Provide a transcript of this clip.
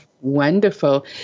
wonderful